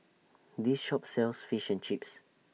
This Shop sells Fish and Chips